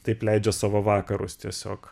taip leidžia savo vakarus tiesiog